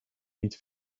niet